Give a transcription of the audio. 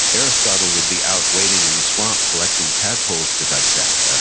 aristotle would be out waiting in the swamp collecting tadpoles to dissect. ah